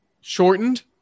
shortened